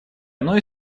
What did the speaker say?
мной